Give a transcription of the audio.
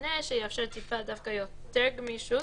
שונה שיאפשר דווקא יותר גמישות,